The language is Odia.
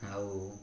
ଆଉ